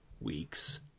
week's